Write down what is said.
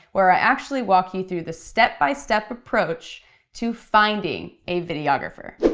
where i actually walk you through the step by step approach to finding a videographer.